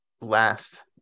last